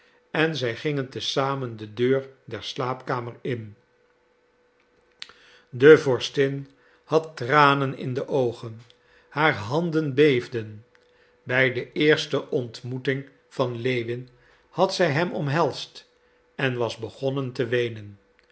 en zij gingen te zamen de deur der slaapkamer in de vorstin had tranen in de oogen haar handen beefden bij de eerste ontmoeting van lewin had zij hem omhelsd en was begonnen te weenen